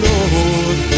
Lord